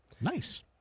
Nice